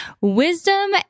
wisdom